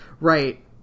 Right